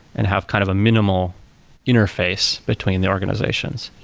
and have kind of a minimal interface between the organizations,